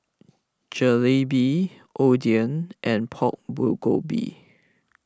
Jalebi Oden and Pork Bulgogi